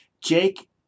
Jake